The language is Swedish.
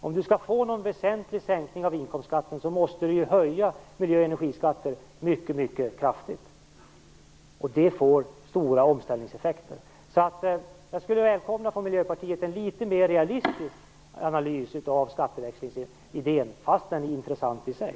Om man skall få någon väsentlig sänkning av inkomstskatten måste man höja miljö och energiskatterna mycket kraftigt. Det får stora omställningseffekter. Jag skulle välkomna en litet mer realistisk analys av skatteväxlingsidén från Miljöpartiet. Men den är intressant i sig.